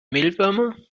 mehlwürmer